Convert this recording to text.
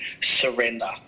surrender